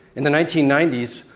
in the nineteen ninety s,